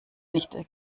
nicht